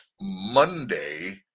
monday